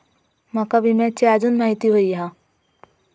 माका विम्याची आजून माहिती व्हयी हा?